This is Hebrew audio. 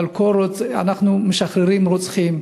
אבל אנחנו משחררים רוצחים,